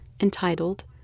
entitled